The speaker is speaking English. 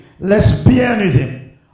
lesbianism